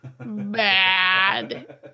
bad